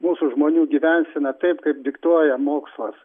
mūsų žmonių gyvenseną taip kaip diktuoja mokslas